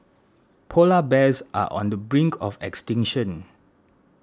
Polar Bears are on the brink of extinction